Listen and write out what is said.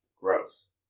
Gross